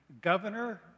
governor